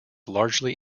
largely